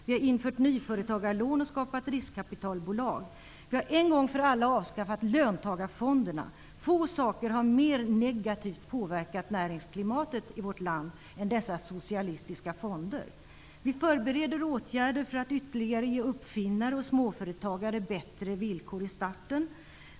Vi har infört nyföretagarlån och skapat riskkapitalbolag. Vi har en gång för alla avskaffat löntagarfonderna. Få saker har mer negativt påverkat näringsklimatet i vårt land än dessa socialistiska fonder. Vi förbereder åtgärder för att ge uppfinnare och småföretagare bättre villkor i starten.